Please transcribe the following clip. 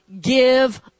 give